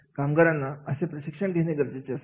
कामगारांनी असे प्रशिक्षण घेणे गरजेचे असते